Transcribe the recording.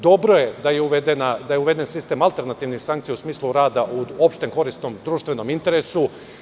Dobro je da je uveden sistem alternativnih sankcija u smislu rada u opštem korisnom društvenom interesu.